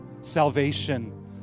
Salvation